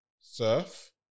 surf